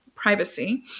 privacy